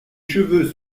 cheveux